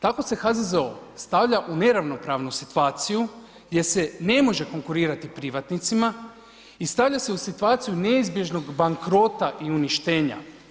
Tako se HZZO stavlja u neravnopravnu situaciju gdje se ne može konkurirati privatnicima i stavlja se u situaciju neizbježnog bankrota i uništenja.